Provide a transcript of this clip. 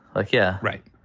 like, yeah. right.